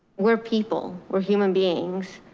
we're people we're human beings.